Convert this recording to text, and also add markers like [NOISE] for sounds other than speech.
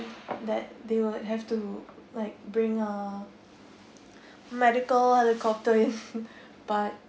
that they will have to like bring a medical helicopter in [LAUGHS] but